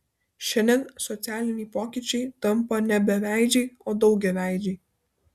šiandien socialiniai pokyčiai tampa ne beveidžiai o daugiaveidžiai